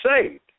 saved